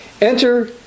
Enter